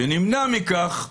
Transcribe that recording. שנמנע מכך,